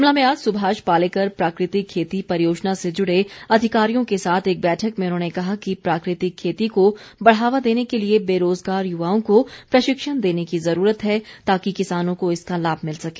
शिमला में आज सुभाष पालेकर प्राकृतिक खेती परियोजना से जुड़े अधिकारियों के साथ एक बैठक में उन्होंने कहा कि प्राकृतिक खेती को बढ़ावा देने के लिए बेरोजगार युवाओं को प्रशिक्षण देने की जरूरत है ताकि किसानों को इसका लाभ मिल सके